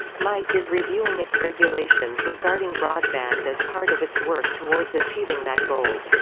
mic is reviewing its regulations regarding broadband as part of its work towards achieving that goal.